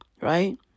right